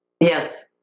Yes